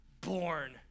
born